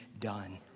done